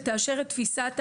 ותאשר את תפיסת ההפעלה,